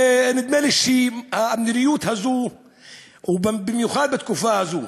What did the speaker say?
נדמה לי שהמדיניות הזו היא במיוחד בתקופה הזו,